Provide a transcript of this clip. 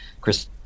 Chris